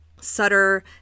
Sutter